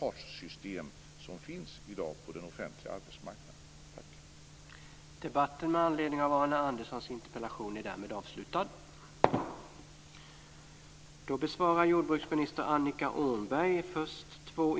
partssystem som finns i dag på den offentliga arbetsmarknaden. Tack!